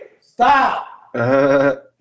stop